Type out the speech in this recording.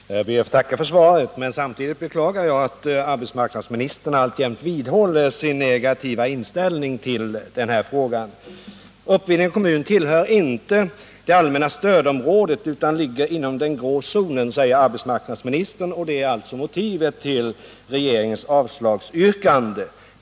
Herr talman! Jag ber att få tacka för svaret. Men samtidigt beklagar jag att arbetsmarknadsministern vidhåller sin negativa inställning i denna fråga. ”Uppvidinge kommun tillhör inte det allmänna stödområdet utan ligger inom den s.k. grå zonen”, säger arbetsmarknadsministern. Det är alltså motivet till regeringens avslag.